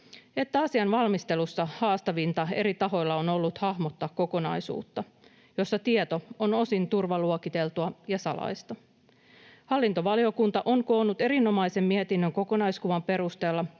että asian valmistelussa haastavinta eri tahoilla on ollut hahmottaa kokonaisuutta, jossa tieto on osin turvaluokiteltua ja salaista. Hallintovaliokunta on koonnut erinomaisen mietinnön kokonaiskuvan perusteella,